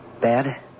Bad